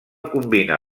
combina